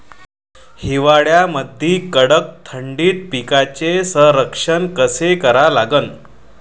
हिवाळ्यामंदी कडक थंडीत पिकाचे संरक्षण कसे करा लागन?